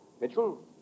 Mitchell